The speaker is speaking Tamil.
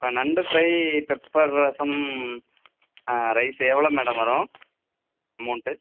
இப்போ நண்டு பிரை பெப்பர் ரசம் ரைஸ் எவ்வளோ மேடம் வரும் அமௌன்ட்டு